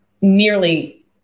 nearly